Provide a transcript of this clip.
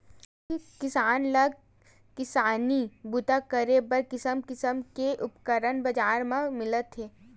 आज किसान ल किसानी बूता करे बर किसम किसम के उपकरन बजार म मिलत हे